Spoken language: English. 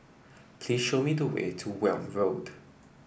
please show me the way to Welm Road